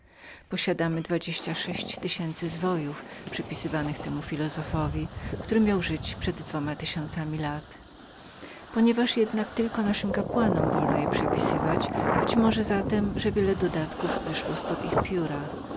posiadamy dwadzieścia sześć tysięcy zwojów przypisywanych temu filozofowi który miał żyć przed dwoma tysiącami lat ponieważ jednak tylko naszym kapłanom wolno je przepisywać być może zatem że większa część dodatków wychodzi z pod ich pióra